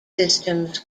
systems